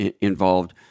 involved